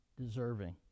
deserving